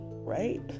right